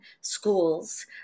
schools